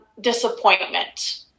disappointment